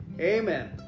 amen